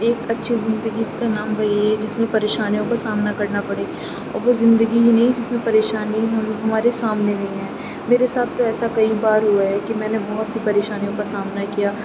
ایک اچھی زندگی کا نام وہی ہے جس میں پریشانیوں کا سامنا کرنا پڑے اور وہ زندگی ہی نہیں جس میں پریشانی ہمارے سامنے نہیں ہے میرے ساتھ تو ایسا کئی بار ہوا ہے کہ میں نے بہت سی پریشانیوں کا سامنا کیا